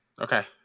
Okay